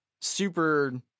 super